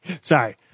sorry